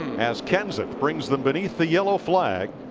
as kenseth brings them beneath the yellow flag.